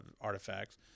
artifacts